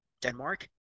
Denmark